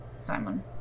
Simon